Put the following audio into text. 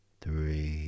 three